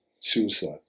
suicide